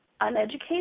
uneducated